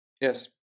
Yes